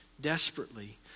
desperately